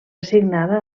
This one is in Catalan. signada